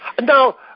Now